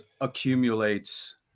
accumulates